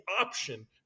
option